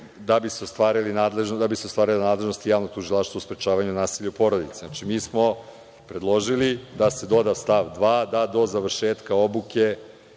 da bi se ostvarila nadležnost javnog tužilaštva u sprečavanju nasilja u porodici. Znači, mi smo predložili da se doda stav 2. – da do završetka obuke,